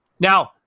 Now